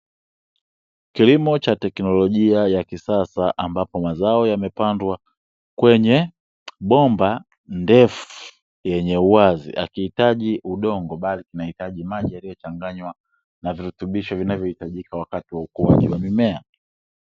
Kilimo cha teknolojia ya kisasa, ambapo mazao yamepandwa kwenye bomba ndefu yenye uwazi. Hakihitaji udongo bali kinahitaji maji yaliyochanganywa na virutubisho vinavyohitajika wakati wa ukuaji wa mimea.